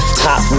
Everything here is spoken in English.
top